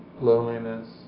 loneliness